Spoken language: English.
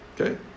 Okay